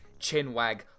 Chinwag